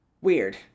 Weird